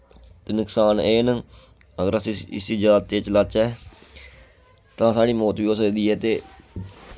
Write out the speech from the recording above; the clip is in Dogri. ते नुक्सान एह् न अगर अस इस्सी इस्सी ज्यादा तेज चलाचै तां साढ़ी मौत बी होई सकदी ऐ ते